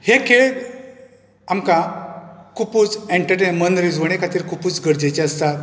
हे खेळ आमकां खुबूच एन्टरटेन मनरीजवणे खातीर खुबूच गरजेचें आसता